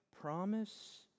promise